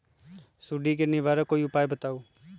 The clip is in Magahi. सुडी से निवारक कोई उपाय बताऊँ?